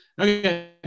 okay